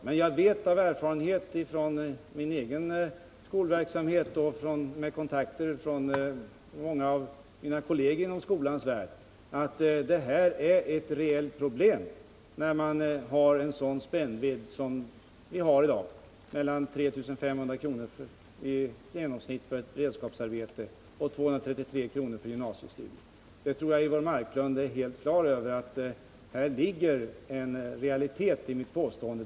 Men jag vet av erfarenheter från min egen skolverksamhet och genom kontakter med många av mina kolleger inom skolans värld att det är ett rejält problem när det är sådan spännvidd som den vi har i dag — mellan i genomsnitt 3 500 kr. för beredskapsarbeten och 233 kr. för gymnasiestudier. Jag tror att Eivor Marklund är helt på det klara med att här ligger en realitet i mitt påstående.